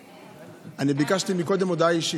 היושב-ראש, אני ביקשתי הודעה אישית.